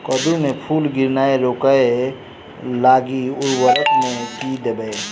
कद्दू मे फूल गिरनाय रोकय लागि उर्वरक मे की देबै?